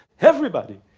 everybody.